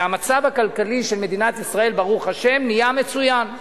והמצב הכלכלי של מדינת ישראל ברוך השם נהיה מצוין.